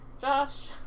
Josh